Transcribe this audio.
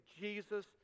Jesus